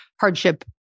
hardship